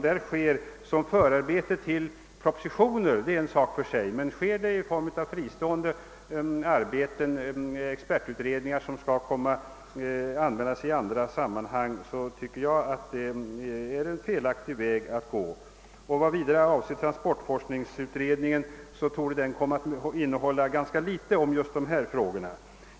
De förarbeten till propositioner som utförs på detta sätt är en sak för sig, men att tillsätta expertutredningar för fristående arbeten som sedan skall användas i andra sammanhang tycker jag är felaktigt. Beträffande transportforskningsutredningen torde denna komma att behandla ganska litet av just dessa frågor.